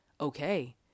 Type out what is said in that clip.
okay